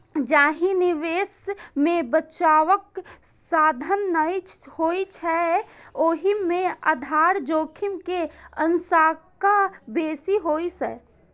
जाहि निवेश मे बचावक साधन नै होइ छै, ओय मे आधार जोखिम के आशंका बेसी होइ छै